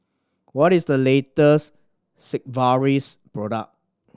what is the latest Sigvaris product